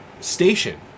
station